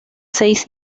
seis